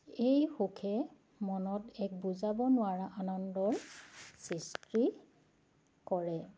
এই সুখে মনত এক বুজাব নোৱাৰা আনন্দৰ সৃষ্টি কৰে